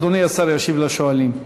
אדוני השר ישיב לשואלים.